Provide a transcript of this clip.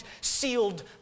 sealed